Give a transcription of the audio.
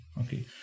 Okay